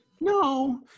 No